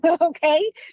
Okay